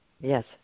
Yes